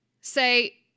Say